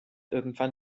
irgendwann